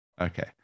Okay